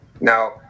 Now